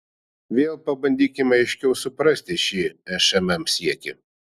vėl pabandykime aiškiau suprasti šį šmm siekį